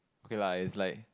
okay lah is like